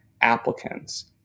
applicants